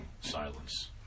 silence